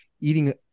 eating